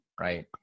right